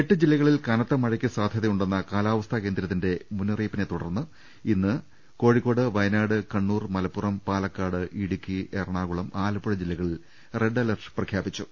എട്ട് ജില്ലകളിൽ കനത്ത മഴയ്ക്ക് സാധ്യതയുണ്ടെന്ന കാലാവസ്ഥാ കേന്ദ്രത്തിന്റെ മുന്നറിയിപ്പിനെത്തുടർന്ന് ഇന്ന് കോഴിക്കോട് വയനാട് കണ്ണൂർ മലപ്പുറം പാലക്കാട് ഇടു ക്കി എറണാകുളം ആലപ്പുഴ ജില്ലകളിൽ റെഡ് അലർട്ട് പ്രഖ്യാപിച്ചു